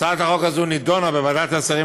הצעת החוק הנ"ל נדונה בוועדת השרים